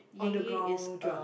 on the ground jump